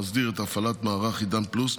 המסדיר את הפעלת מערך עידן פלוס,